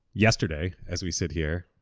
yesterday as we sit here,